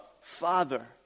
Father